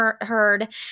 heard